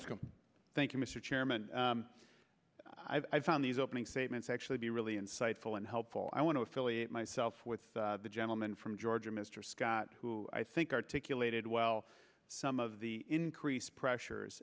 minutes thank you mr chairman i've found these opening statements actually be really insightful and helpful i want to affiliate myself with the gentleman from georgia mr scott who i think articulated well some of the increased pressures